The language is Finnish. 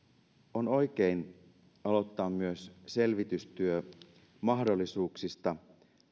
on oikein aloittaa myös selvitystyö mahdollisuuksista